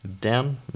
down